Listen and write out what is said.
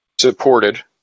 supported